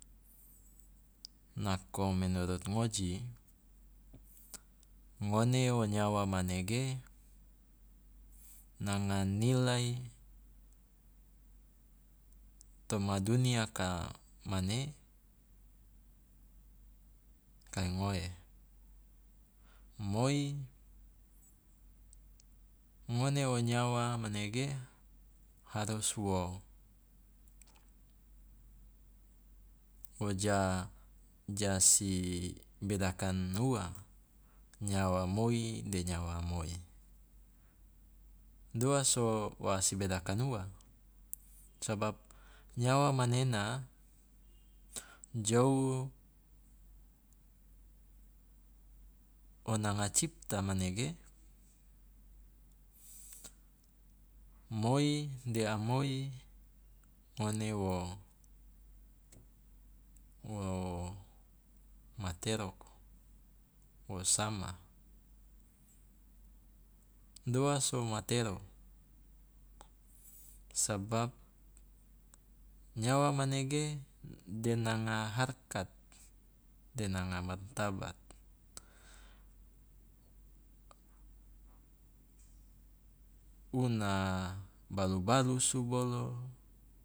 Nako menurut ngoji ngone o nyawa manege nanga nilai toma duniaka mane kai ngoe. Moi, ngone o nyawa manege harus wo wo ja ja si bedakan ua nyawa moi de nyawa moi, doa so wa si bedakan ua? Sabab nyawa manena jou o nanga cipta manege moi de amoi ngone wo wo materoko wo sama doa so matero, sabab nyawa manege de nanga harkat de nanga martabat, una balu balusu bolo